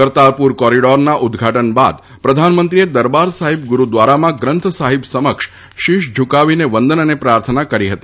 કરતારપુર કોરીડોરના ઉદ્દઘાટન બાદ પ્રધાનમંત્રીએ દરબાર સાહિબ ગુરૂદ્વારામાં ગ્રંથ સાહિબ સમક્ષ શીશ ઝુકાવીને વંદન અને પ્રાર્થના કરી હતી